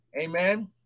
Amen